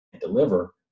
deliver